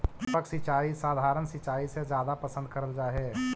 टपक सिंचाई सधारण सिंचाई से जादा पसंद करल जा हे